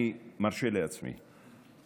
אני מרשה לעצמי.